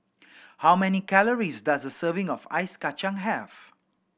how many calories does a serving of Ice Kachang have